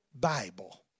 Bible